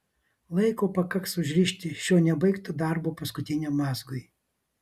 laiko pakaks užrišti šio nebaigto darbo paskutiniam mazgui